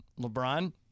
LeBron